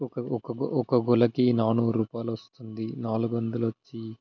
ఒక ఒక ఒక గులకి నాలుగు రూపాయలు వస్తుంది నాలుగు వందలు వచ్చి